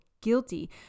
guilty